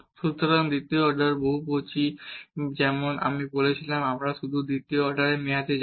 সুতরাং দ্বিতীয় অর্ডার বহুপদী যেমন আমি বলেছিলাম আমরা শুধু দ্বিতীয় অর্ডার মেয়াদে যাব